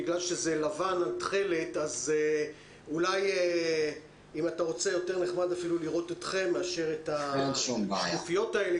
אז זה יהיה יותר נחמד לראות אתכם מאש את השקופיות האלה